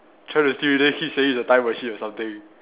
trying to steal it then hit suddenly the time machine or something